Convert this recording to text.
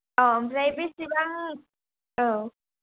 अ ओमफ्राय बेसेबां औ